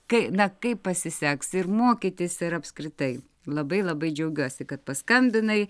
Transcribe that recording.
kai na kaip pasiseks ir mokytis ir apskritai labai labai džiaugiuosi kad paskambinai